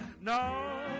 no